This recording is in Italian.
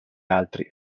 altri